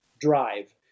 drive